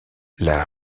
l’a